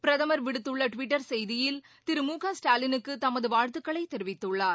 பிரதமர் விடுத்துள்ள டுவிட்டர் செய்தியில் திரு மு க ஸ்டாலினுக்கு தமது வாழ்த்துக்களைத் தெரிவித்துள்ளார்